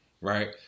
right